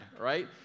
right